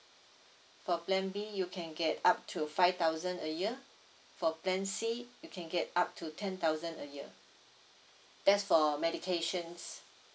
for plan B you can get up to five thousand a year for plan C you can get up to ten thousand a year that's for medications